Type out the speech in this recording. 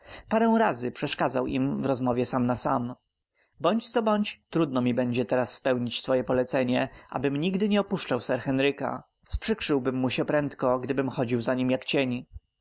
parę razy przeszkadzał im w rozmowie sam na sam bądź co bądź trudno mi będzie teraz spełnić twoje polecenie abym nigdy nie opuszczał sir henryka sprzykrzyłbym mu się prędko gdybym chodził za nim jak cień